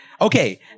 okay